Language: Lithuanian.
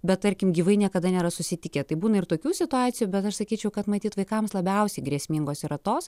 bet tarkim gyvai niekada nėra susitikę tai būna ir tokių situacijų bet aš sakyčiau kad matyt vaikams labiausiai grėsmingos yra tos